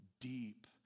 deep